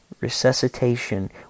resuscitation